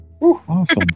Awesome